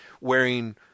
wearing